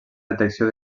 detecció